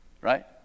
right